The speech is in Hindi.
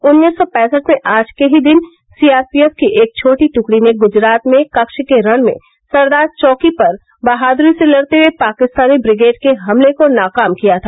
उन्नीस सौ पैंसठ में आज के ही दिन सीआरपीएफ की एक छोटी ट्कड़ी ने ग्जरात में कच्छ के रण में सरदार चौकी पर बहादुरी से लड़ते हए पाकिस्तानी ब्रिगेड के हमले को नाकाम किया था